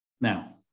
Now